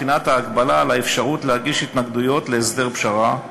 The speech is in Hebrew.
בחינת ההגבלה על האפשרות להגיש התנגדויות להסדר פשרה,